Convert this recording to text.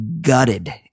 gutted